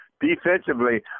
defensively